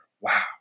Wow